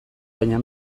baina